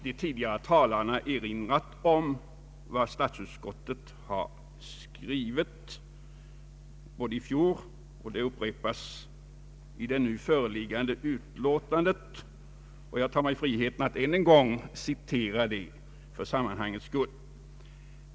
De tidigare talarna har erinrat om vad statsutskottet skrivit i fjol, vilket upprepas i det nu föreliggande utlåtandet, och jag tar mig friheten att ännu en gång citera det för sammanhangets skull.